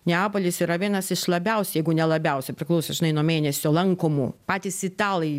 neapolis yra vienas iš labiausiai jeigu ne labiausiai priklauso žinai nuo mėnesio lankomų patys italai